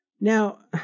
Now